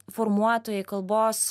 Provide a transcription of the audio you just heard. formuotojai kalbos